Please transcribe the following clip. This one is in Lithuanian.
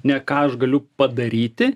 ne ką aš galiu padaryti